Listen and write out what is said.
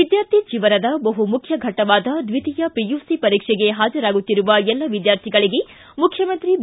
ವಿದ್ಯಾರ್ಥಿ ಜೀವನದ ಬಹು ಮುಖ್ಯ ಫಟ್ಟವಾದ ದ್ವಿತೀಯ ಪಿಯುಸಿ ಪರೀಕ್ಷೆಗೆ ಹಾಜರಾಗುತ್ತಿರುವ ಎಲ್ಲ ವಿದ್ಯಾರ್ಥಿಗಳಿಗೆ ಮುಖ್ಯಮಂತ್ರಿ ಬಿ